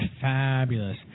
fabulous